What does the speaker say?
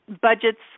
Budgets